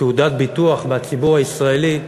תעודת ביטוח, מהציבור הישראלי,